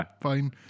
fine